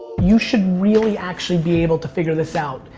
you should really actually be able to figure this out.